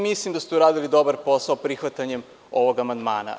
Mislim da ste uradili dobar posao prihvatanjem ovog amandmana.